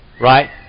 Right